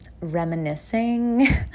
reminiscing